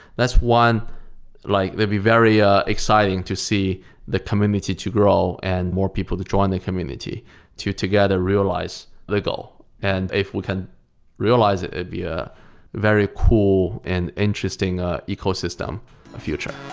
that's one like that'll be very ah exciting to see the community to grow and more people to join the community to together realize the goal. and if we can realize it, it'd be a very cool and interesting ah ecosystem future